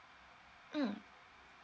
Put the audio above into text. mm